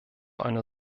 einer